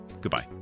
goodbye